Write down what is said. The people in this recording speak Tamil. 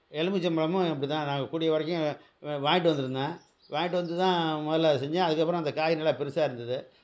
எலும்பிச்சம் பழமும் அப்படி தான் நாங்கள் கூடிய வரைக்கும் வாங்கிட்டு வந்துருந்தேன் வாங்கிட்டு வந்து தான் முதல்ல அதை செஞ்சேன் அதுக்கப்புறம் அந்தக் காய் நல்லா பெருசாக இருந்தது